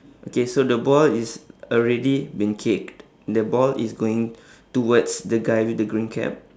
okay so the ball is already been kicked the ball is going towards the guy with the green cap